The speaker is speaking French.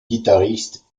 guitariste